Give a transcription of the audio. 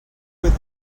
with